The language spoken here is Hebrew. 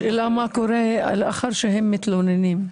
השאלה מה קורה לאחר שהם מתלוננים,